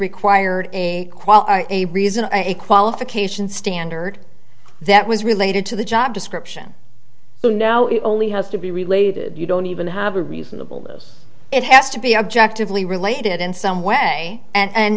required a reason a qualification standard that was related to the job description so now it only has to be related you don't even have a reasonable those it has to be objectively related in some way